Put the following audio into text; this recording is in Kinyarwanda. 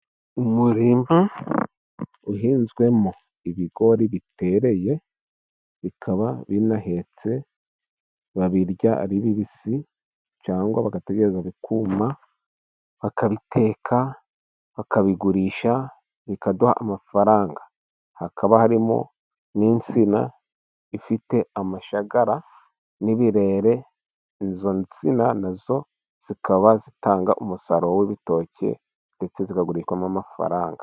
Umurima uhinzwemo ibigori bitereye, bikaba binahetse, babirya ari bibisi cyangwa bagategereza bikuma, bakabiteka, bakabigurisha bikaduha amafaranga. Hakaba harimo n'insina ifite amashangara n'ibirere, izo nsina nazo zikaba zitanga umusaruro w'ibitoki, ndetse zikagurishwamo amafaranga.